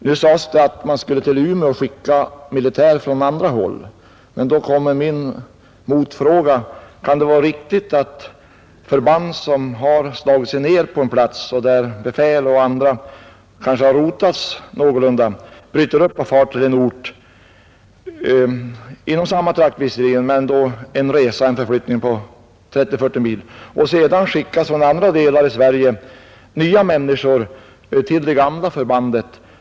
Det har vidare nämnts att man till Umeå skulle sända militär från andra håll, och då vill jag ställa frågan: Kan det vara riktigt att förband som slagit sig ned på en plats och där befäl och andra har rotats någorlunda bryter upp och far till en annan ort — en resa på 30—40 mil — och därefter skickas människor från andra delar av landet till det gamla förbandet?